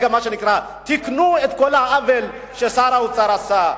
מה שנקרא תיקנו את כל העוול ששר האוצר עשה.